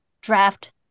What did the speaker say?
draft